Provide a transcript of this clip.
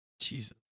Jesus